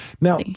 Now